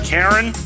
Karen